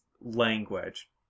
language